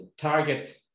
target